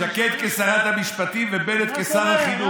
שקד כשרת המשפטים ובנט כשר החינוך,